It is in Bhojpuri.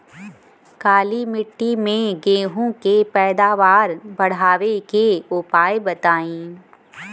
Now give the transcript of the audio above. काली मिट्टी में गेहूँ के पैदावार बढ़ावे के उपाय बताई?